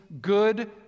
good